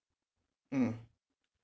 mm